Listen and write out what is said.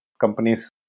companies